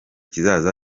kizaza